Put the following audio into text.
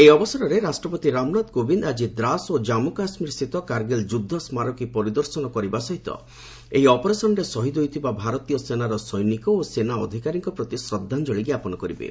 ଏହି ଅବସରରେ ରାଷ୍ଟ୍ରପତି ରାମନାଥ କୋବିନ୍ଦ ଆଜି ଦ୍ରାସ୍ ଓ ଜାମ୍ଗୁ କାଶ୍ମୀର ସ୍ଥିତ କାର୍ଗୀଲ୍ ଯୁଦ୍ଧ ସ୍କାରକୀ ପରିଦର୍ଶନ କରିବା ସହିତ ଏହି ଅପରେସନ୍ରେ ଶହୀଦ୍ ହୋଇଥିବା ଭାରତୀୟ ସେନାର ସୈନିକ ଓ ସେନା ଅଧିକାରୀଙ୍କ ପ୍ରତି ଶ୍ରଦ୍ଧାଞ୍ଜଳୀ ଜ୍ଞାପନ କରିବେ